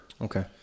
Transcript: Okay